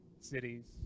cities